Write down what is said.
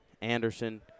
Anderson